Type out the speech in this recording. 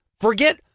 Forget